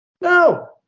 No